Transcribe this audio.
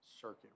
circuit